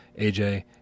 AJ